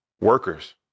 Workers